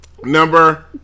Number